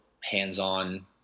hands-on